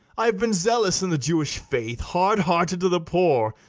i have been zealous in the jewish faith, hard-hearted to the poor,